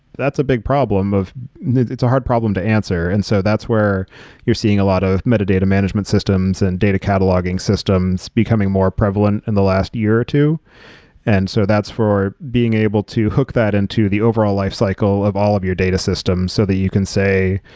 that's a big problem of it's a hard problem to answer. and so, that's where you're seeing a lot of metadata management systems and data cataloging systems becoming more prevalent in the last year or two. and so, that's for being able to hook that into the overall lifecycle of all of your data systems so that you can say,